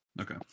Okay